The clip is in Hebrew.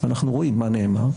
אנחנו רואים מה נאמר,